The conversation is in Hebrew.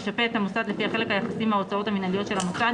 תשפה את המוסד לפי החלק היחסי מההוצאות המנהליות של המוסד